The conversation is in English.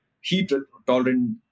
heat-tolerant